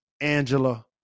Angela